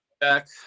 back